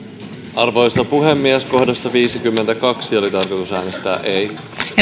arvoisa puhemies kohdassa viisikymmentäkaksi oli tarkoitus äänestää ei